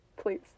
Please